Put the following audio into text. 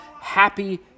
happy